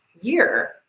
year